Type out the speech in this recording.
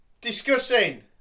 discussing